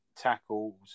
tackles